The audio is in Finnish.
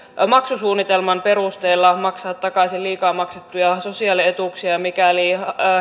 maksusuunnitelman perusteella maksaa takaisin liikaa maksettuja sosiaalietuuksia mikäli